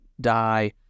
die